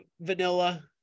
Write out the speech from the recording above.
Vanilla